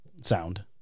sound